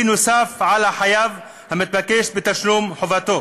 נוסף על החייב המתקשה בתשלום חובותיו.